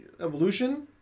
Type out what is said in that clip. Evolution